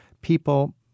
people